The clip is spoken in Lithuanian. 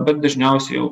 bet dažniausiai jau